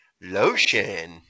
Lotion